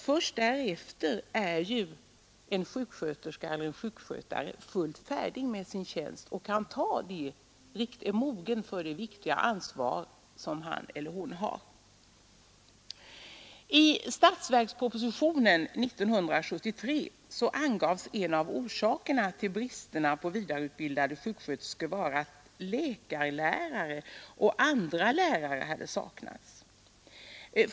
Först efter den är en sjuksköterska eller en sjukskötare fullt färdig med sin utbildning och mogen för det viktiga ansvar som hon eller han har. I statsverkspropositionen 1973 angavs en av orsakerna till bristen på vidareutbildade sjuksköterskor vara att läkarlärare och andra lärare hade saknats.